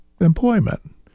employment